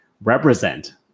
represent